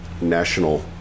national